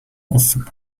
offen